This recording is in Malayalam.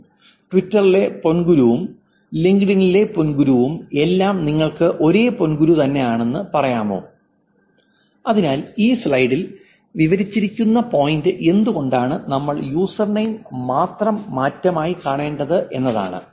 kumaraguru ഉം ട്വിറ്ററിലെ പൊൻങ്കുരു ഉം ലിങ്ക്ഡ്ഇനിലെ പൊൻങ്കുരു ഉം എല്ലാം നിങ്ങൾക്ക് ഒരേ പൊൻങ്കുരു തന്നെ ആണ് എന്ന് പറയാമോ അതിനാൽ ഈ സ്ലൈഡിൽ വിവരിച്ചിരിക്കുന്ന പോയിന്റ് എന്തുകൊണ്ടാണ് നമ്മൾ യൂസർനെയിം മാത്രം മാറ്റമായി കാണേണ്ടത് എന്നതാണ്